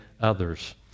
others